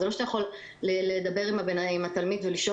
זה לא שאתה יכול לדבר עם התלמיד ולשאול